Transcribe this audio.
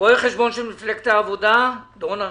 רואה החשבון של מפלגת העבודה, דורון ארגוב,